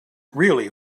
really